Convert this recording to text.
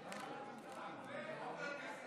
היושב-ראש,